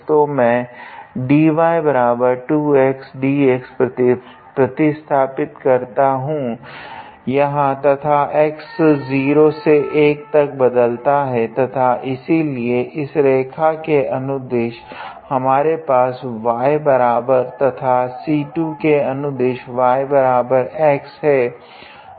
तो मैं dy2xdx प्रतिस्थापित करता हूँ यहाँ तथा x 0 से 1 तक बदलता है तथा इसीलिए इस रेखा के अनुदिश हमारे पास y बराबर तथा C2 के अनुदिश yx है